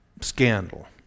scandal